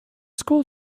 school